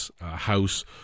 House